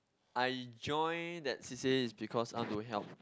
I join that C_C_A is because I want to help